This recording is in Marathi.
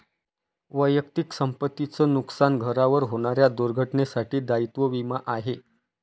वैयक्तिक संपत्ती च नुकसान, घरावर होणाऱ्या दुर्घटनेंसाठी दायित्व विमा आहे